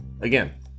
Again